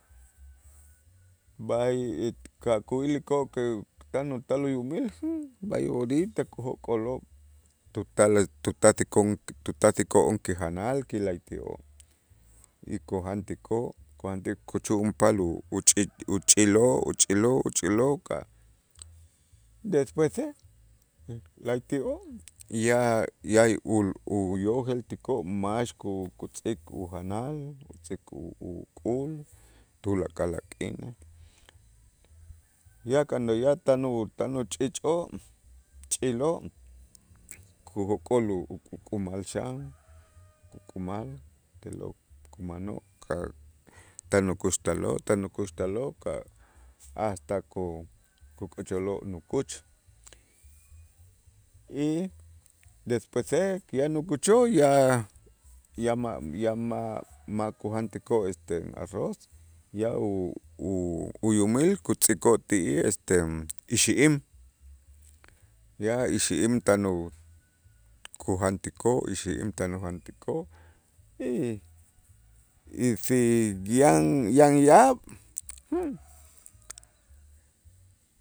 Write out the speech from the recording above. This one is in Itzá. B'ay kakuyilikoo' kut'an utal uyumil b'ay orita kujok'oloo' tutale tutasikon tutasiko'on kijanal ti la'ayti'oo' y kujantikoo' kuchu'unpal u- uchi uch'iloo', uch'iloo', uch'iloo', despuese la'ayti'oo' ya ya uyojeltikoo' max kutz'ik ujanal, kutz'ik uk'ul tulakal a k'inej, ya cuando ya tan u tan uchichoo' ch'iloo' kujok'ol u- ukumal xan, ukumal te'lo' kumanoo' ka' tan ukuxtaloo', tan ukuxtaloo' ka' hasta ko kukuchuloo' nukuch y despuese yan ukuchoo' ya ya ma' ya ma' ma' kujantikoo' este arroz, ya u- u- uyumil kutz'ikoo' ti'ij este ixi'im, ya ixi'im tan u kujantikoo' ixi'im tan ujantikoo' y y si yan yan yaab'